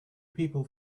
people